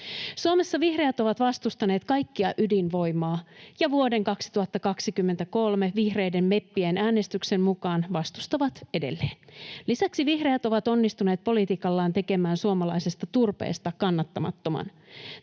Suomessa vihreät ovat vastustaneet kaikkea ydinvoimaa ja vuoden 2023 vihreiden meppien äänestyksen mukaan vastustavat edelleen. Lisäksi vihreät ovat onnistuneet politiikallaan tekemään suomalaisesta turpeesta kannattamattoman.